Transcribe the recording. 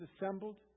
assembled